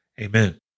Amen